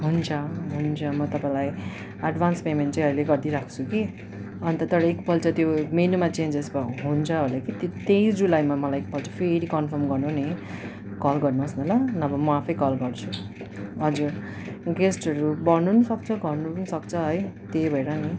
हुन्छ हुन्छ म तपाईँलाई एडभान्स पेमेन्ट चाहिँ अहिले गरिदिइराख्छु कि अन्त तर एकपल्ट त्यो मेनुमा चेन्जेस हुन्छ होला कि त्यही जुलाईमा मलाई एकपल्ट फेरि कन्फर्म गर्नु नि कल गर्नुहोस् न ल नभए म आफै कल गर्छु हजुर गेस्टहरू बढ्नु नि सक्छ घट्नु नि सक्छ है त्यही भएर नि